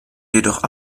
jedoch